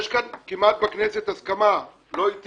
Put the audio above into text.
יש כאן כמעט הסכמה בכנסת, לא איתי